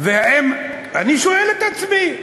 אני שואל את עצמי.